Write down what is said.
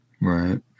Right